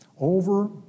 Over